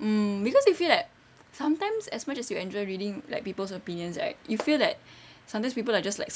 mm cause you feel that sometimes as much as you enjoy reading like people's opinions right you feel that sometimes people are just like